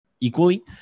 equally